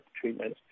treatment